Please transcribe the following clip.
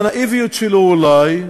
אולי,